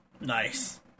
nice